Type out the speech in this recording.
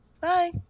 Bye